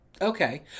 okay